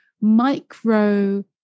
micro